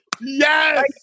Yes